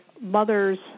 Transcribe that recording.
mother's